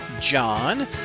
John